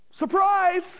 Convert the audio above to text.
surprise